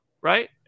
right